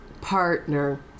partner